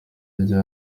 rye